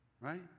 Right